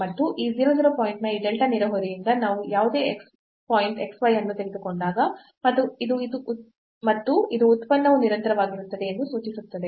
ಮತ್ತು ಈ 0 0 ಪಾಯಿಂಟ್ನ ಈ delta ನೆರೆಹೊರೆಯಿಂದ ನಾವು ಯಾವುದೇ ಪಾಯಿಂಟ್ xy ಅನ್ನು ತೆಗೆದುಕೊಂಡಾಗ ಮತ್ತು ಇದು ಉತ್ಪನ್ನವು ನಿರಂತರವಾಗಿರುತ್ತದೆ ಎಂದು ಸೂಚಿಸುತ್ತದೆ